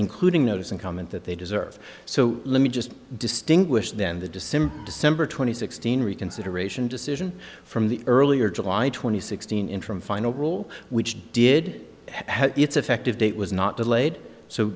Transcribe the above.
including notice and comment that they deserve so let me just distinguish then the december december twenty sixth in reconsideration decision from the earlier july twenty sixth interim final rule which did have its effective date was not delayed so